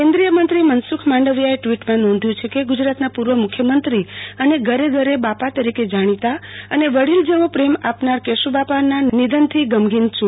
કેન્દ્રિય મંત્રી મનસુખ માંડવિયા એ ટ્વિટ માં નોંધ્યું છે કે ગુજરાતના પૂર્વ મુખ્યમંત્રી અને ઘરે ઘરે બાપા તરીકે જાણીતા અને વડીલ જેવો પ્રેમ આપનાર કેશુબાપાના નિધનથી ગમગીન છું